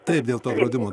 taip dėl to draudimo